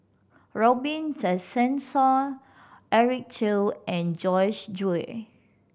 Robin Tessensohn Eric Teo and Joyce Jue